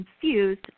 confused